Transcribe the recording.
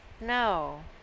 no